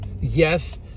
Yes